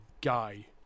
guy